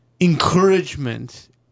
encouragement